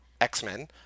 X-Men –